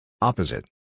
Opposite